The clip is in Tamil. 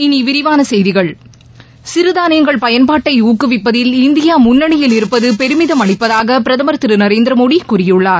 இனி விரிவான செய்திகள் சிறு தானியங்களின் பயன்பாட்டை ஊக்குவிப்பதில் இந்தியா முன்னனியில் இருப்பது பெருமிதம் அளிப்பதாக பிரதமர் திரு நரேந்திர மோடி கூறியுள்ளார்